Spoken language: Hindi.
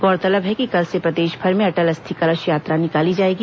गौरतलब है कि कल से प्रदेशभर में अटल अस्थि कलश यात्रा निकाली जाएगी